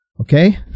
Okay